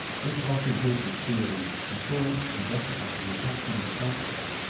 this ostentatious piety confirmed and justified the attachment of the catholics,